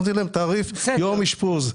אלא על יום אשפוז.